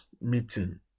meeting